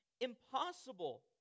impossible